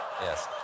Yes